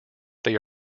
they